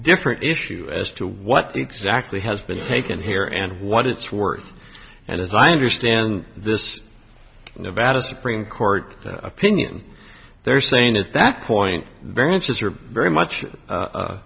different issue as to what exactly has been taken here and what it's worth and as i understand this is no bad a supreme court opinion they're saying at that point variances are very much